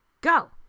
go